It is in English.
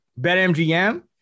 BetMGM